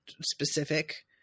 specific